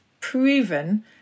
proven